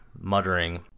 muttering